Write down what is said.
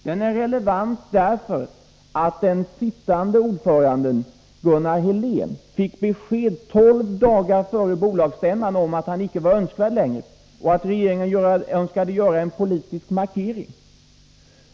Den är relevant därför att den sittande ordföranden, Gunnar Helén, fick besked tolv dagar före bolagsstämman om att han icke längre var önskvärd, att regeringen önskade göra en politisk markering.